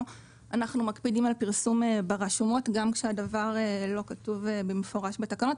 אנחנו מקפידים על פרסום ברשומות גם כשהדבר לא כתוב במפורש בתקנות,